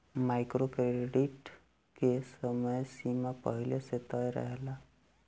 micro credit के समय सीमा पहिले से तय रहेला